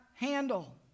handle